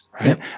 right